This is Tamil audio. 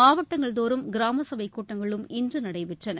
மாவட்டங்கள்தோறும் கிராமசபைக் கூட்டங்களும் இன்று நடைபெற்றன